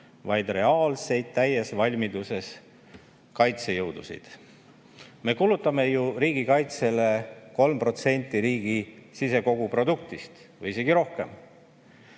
vaid reaalseid, täies valmiduses kaitsejõudusid. Me kulutame ju riigikaitsele 3% riigi sise[majanduse] koguproduktist või isegi rohkem.